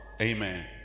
amen